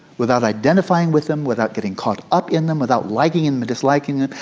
without identifying with them, without getting caught up in them, without liking and disliking them,